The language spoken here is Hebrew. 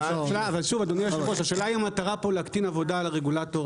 אבל שוב אדוני היושב ראש השאלה היא המטרה פה להקטין עבודה על הרגולטור,